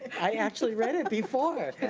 i actually read it before.